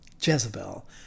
Jezebel